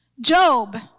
Job